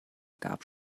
gab